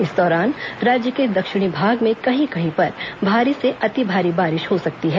इस दौरान राज्य के दक्षिणी भाग में कहीं कहीं पर भारी से अति भारी बारिश हो सकती है